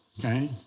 Okay